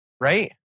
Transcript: Right